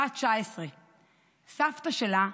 בת 19. סבתא שלה,